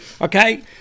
Okay